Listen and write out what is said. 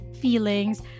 feelings